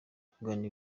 kugana